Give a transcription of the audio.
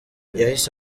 yahise